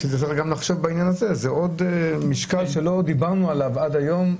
זה עוד משקל שלא דיברנו עליו עד היום,